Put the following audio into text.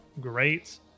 great